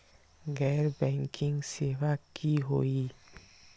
गैर बैंकिंग सेवा की होई?